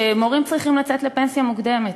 שמורים צריכים לצאת לפנסיה מוקדמת.